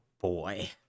boy